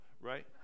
right